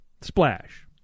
Splash